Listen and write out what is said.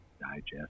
digest